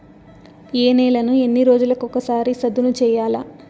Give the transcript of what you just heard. ఏ నేలను ఎన్ని రోజులకొక సారి సదును చేయల్ల?